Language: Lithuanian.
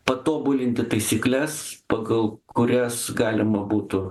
patobulinti taisykles pagal kurias galima būtų